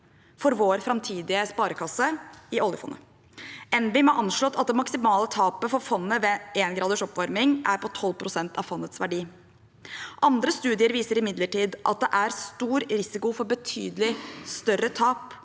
for vår framtidige sparekasse i oljefondet. NBIM har anslått at det maksimale tapet for fondet ved 1 graders oppvarming er på 12 pst. av fondets verdi. Andre studier viser imidlertid at det er stor risiko for betydelig større tap.